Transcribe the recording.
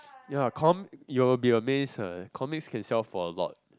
ya com~ you will be amazed eh comics can sell for a lot